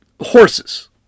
horses